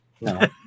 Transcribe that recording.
no